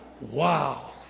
wow